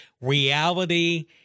reality